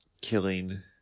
killing